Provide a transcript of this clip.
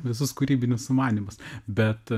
visus kūrybinius sumanymus bet